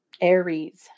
Aries